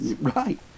Right